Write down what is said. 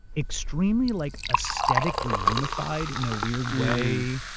extremely like aesthetically unified in a weird way,